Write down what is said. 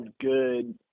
good